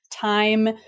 time